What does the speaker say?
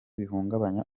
bihungabanya